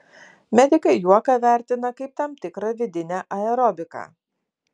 medikai juoką vertina kaip tam tikrą vidinę aerobiką